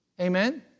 Amen